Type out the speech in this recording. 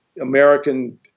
american